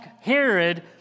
Herod